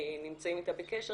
נמצאים איתה בקשר,